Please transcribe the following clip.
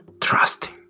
Trusting